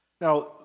Now